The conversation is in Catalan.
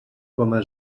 coma